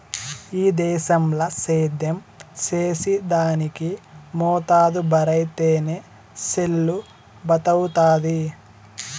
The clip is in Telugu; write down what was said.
ఈ దేశంల సేద్యం చేసిదానికి మోతుబరైతేనె చెల్లుబతవ్వుతాది